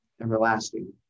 everlasting